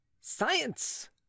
SCIENCE